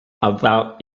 about